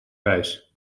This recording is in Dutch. wijs